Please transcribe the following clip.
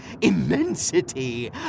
immensity